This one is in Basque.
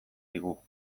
digu